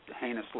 heinously